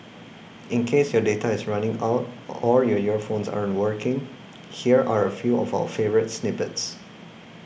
in case your data is running out or your earphones aren't working here are a few of our favourite snippets